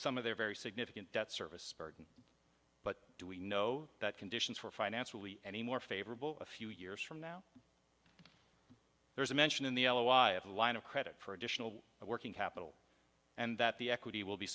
some of their very significant debt service burden but do we know that conditions for finance will be any more favorable a few years from now there is a mention in the l a y of a line of credit for additional working capital and that the equity will be